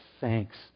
thanks